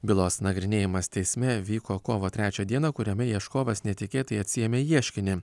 bylos nagrinėjimas teisme vyko kovo trečią dieną kuriame ieškovas netikėtai atsiėmė ieškinį